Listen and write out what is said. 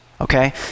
okay